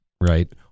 right